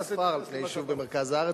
יישוב ספר על פני יישוב במרכז הארץ,